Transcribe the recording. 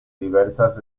diversas